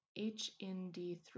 HND3